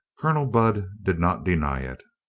colonel budd did not deny it.